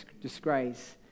disgrace